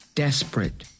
desperate